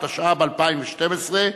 התשע"ב 2012,